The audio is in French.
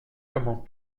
comment